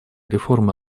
реформы